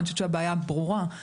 אני חושבת שהבעיה ברורה.